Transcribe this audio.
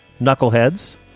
Knuckleheads